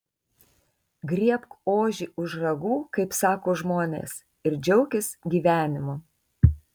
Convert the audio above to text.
griebk ožį už ragų kaip sako žmonės ir džiaukis gyvenimu